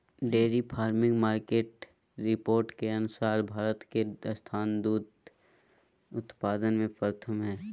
dairy farming market report के अनुसार भारत के स्थान दूध उत्पादन में प्रथम हय